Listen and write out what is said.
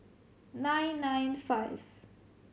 nine nine five